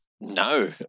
No